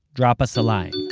drop us a line!